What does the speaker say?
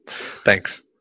Thanks